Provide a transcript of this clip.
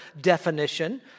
definition